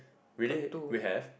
really we have